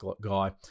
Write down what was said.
guy